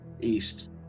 east